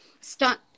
start